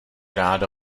ráda